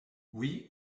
oui